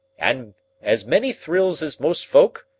and as many thrills as most folk,